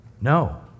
no